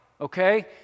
okay